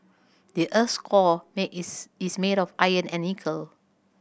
the earth's core is is made of iron and nickel